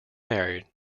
married